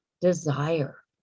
desire